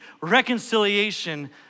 reconciliation